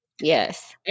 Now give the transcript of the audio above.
Yes